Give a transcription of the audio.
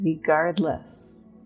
regardless